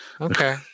Okay